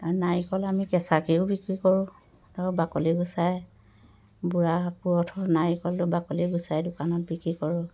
আৰু নাৰিকল আমি কেঁচাকৈয়ো বিক্ৰী কৰোঁ ধৰক বাকলি গুচাই বুঢ়া পুৰঠ নাৰিকলটো বাকলি গুচাই দোকানত বিক্ৰী কৰোঁ